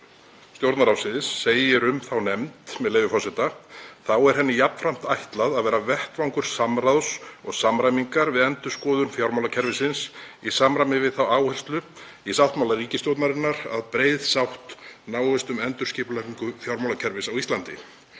Stjórnarráðsins segir um þá nefnd, með leyfi forseta: „Þá er henni jafnframt ætlað að vera vettvangur samráðs og samræmingar við endurskoðun fjármálakerfisins í samræmi við þá áherslu í sáttmála ríkisstjórnar að breið sátt náist um endurskipulagningu fjármálakerfisins á Íslandi.“